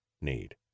need